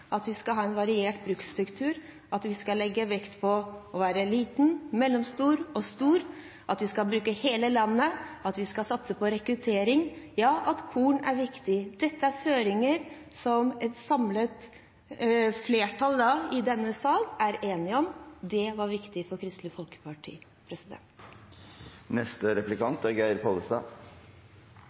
at vi skal øke matproduksjonen, at vi skal ha en variert bruksstruktur, at vi skal legge vekt på små, mellomstore og store bruk, at vi skal bruke hele landet, at vi skal satse på rekruttering, og at korn er viktig. Dette er føringer som et flertall i denne sal er enige om. Det har vært viktig for Kristelig Folkeparti.